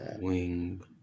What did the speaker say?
wing